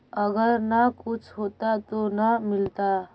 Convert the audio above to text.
अगर न कुछ होता तो न मिलता?